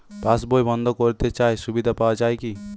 পাশ বই বন্দ করতে চাই সুবিধা পাওয়া যায় কি?